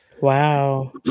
Wow